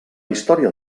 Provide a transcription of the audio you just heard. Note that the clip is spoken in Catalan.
història